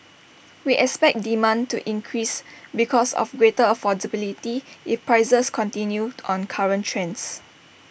we expect demand to increase because of greater affordability if prices continue on current trends